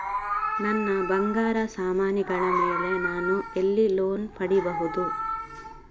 ನನ್ನ ಬಂಗಾರ ಸಾಮಾನಿಗಳ ಮೇಲೆ ನಾನು ಎಲ್ಲಿ ಲೋನ್ ಪಡಿಬಹುದು?